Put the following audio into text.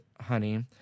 honey